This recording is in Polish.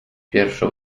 pierwsze